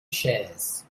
chaise